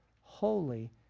Holy